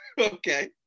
Okay